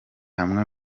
hamwe